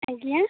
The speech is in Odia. ଆଜ୍ଞା